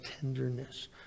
tenderness